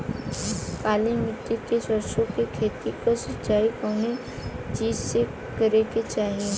काली मिट्टी के सरसों के खेत क सिंचाई कवने चीज़से करेके चाही?